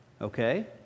Okay